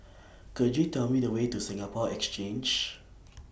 Could YOU Tell Me The Way to Singapore Exchange